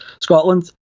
scotland